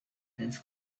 dense